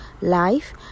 life